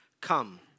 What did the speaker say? Come